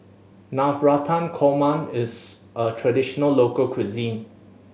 Navratan Korma is a traditional local cuisine